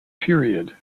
period